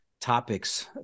topics